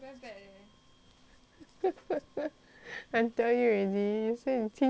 I tell you already 是你听到腻了